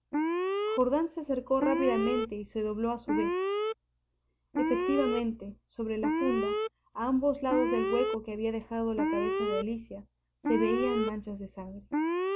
jordán se acercó rápidamente y se dobló a su vez efectivamente sobre la funda a ambos lados del hueco que había dejado la cabeza de alicia se veían manchas de sangre